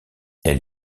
elle